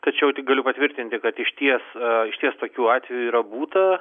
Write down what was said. tačiau tik galiu patvirtinti kad išties išties tokių atvejų yra būta